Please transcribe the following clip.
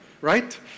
right